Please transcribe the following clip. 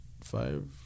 five